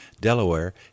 Delaware